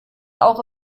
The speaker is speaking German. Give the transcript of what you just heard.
auch